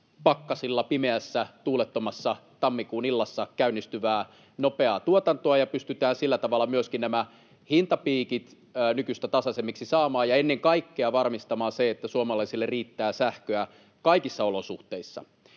pakkasilla, pimeässä, tuulettomassa tammikuun illassa käynnistyvää nopeaa tuotantoa. Sillä tavalla pystytään saamaan myöskin hintapiikit nykyistä tasaisemmiksi ja ennen kaikkea varmistamaan se, että suomalaisille riittää sähköä kaikissa olosuhteissa.